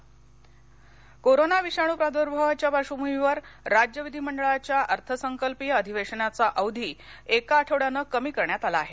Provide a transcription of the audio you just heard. अधिवेशन कोरोना विषाणू प्रादुर्भावाच्या पार्श्वभूमीवर राज्य विधीमंडळाच्या अर्थसंकल्पीय अधिवेशनाचा अवधी एका आठवड्यानं कमी करण्यात आला आहे